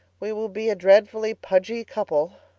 we will be a dreadfully pudgy couple.